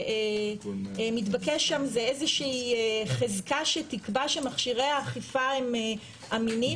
מתבקשת שם איזושהי חזקה שתקבע שמכשירי האכיפה הם אמינים,